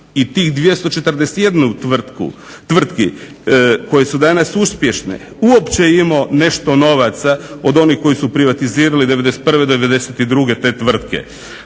i tih 241 tvrtki koje su danas uspješne uopće imao nešto novaca od onih koje su privatizirali '91., '92. te tvrtke.